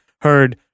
heard